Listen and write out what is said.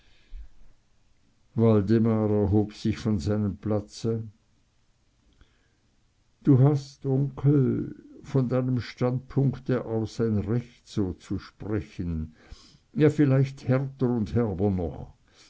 erhob sich von seinem platze du hast onkel von deinem standpunkt aus ein recht so zu sprechen ja vielleicht härter und herber